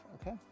Okay